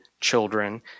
children